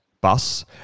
bus